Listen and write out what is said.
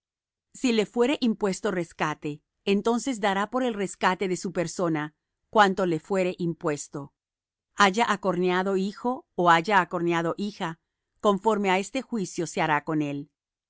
si le fuere impuesto rescate entonces dará por el rescate de su persona cuanto le fuere impuesto haya acorneado hijo ó haya acorneado hija conforme á este juicio se hará con él